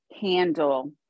handle